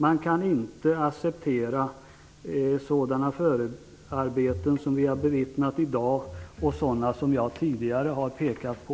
Man kan inte acceptera sådana förarbeten som vi har bevittnat i dag och sådana förarbeten som jag tidigare har pekat på.